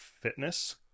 fitness